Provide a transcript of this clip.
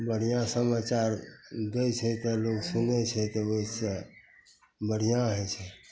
बढ़िआँ समाचार दै छै तऽ लोक सुनै छै तऽ ओहिसे बढ़िआँ होइ छै